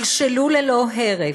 שלשלו ללא הרף,